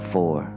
Four